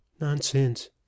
nonsense